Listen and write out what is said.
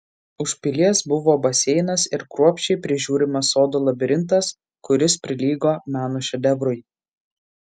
už pilies buvo baseinas ir kruopščiai prižiūrimas sodo labirintas kuris prilygo meno šedevrui